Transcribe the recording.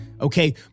Okay